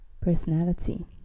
personality